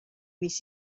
mis